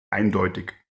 eindeutig